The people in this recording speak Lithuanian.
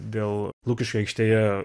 dėl lukiškių aikštėje